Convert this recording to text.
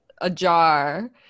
ajar